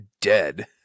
dead